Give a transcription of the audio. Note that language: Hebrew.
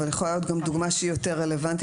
אבל יכולה להיות דוגמה שהיא יותר רלוונטית.